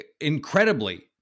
incredibly